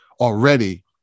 already